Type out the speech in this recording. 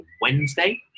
Wednesday